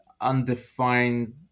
undefined